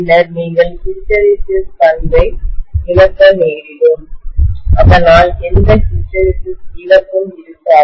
பின்னர் நீங்கள் ஹிஸ்டெரெசிஸ் பண்பை இழக்க நேரிடும் அதனால் எந்த ஹிஸ்டெரெசிஸ் இழப்பும் இருக்காது